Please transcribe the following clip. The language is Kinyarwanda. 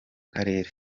karere